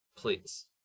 Please